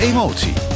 Emotie